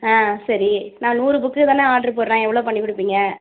ஆ சரி நான் நூறு புக்தானே ஆர்டர் போடுறேன் எவ்வளோ பண்ணி கொடுப்பீங்க